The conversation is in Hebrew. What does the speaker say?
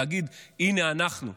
להגיד: הינה אנחנו.